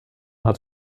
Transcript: hat